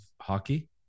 hockey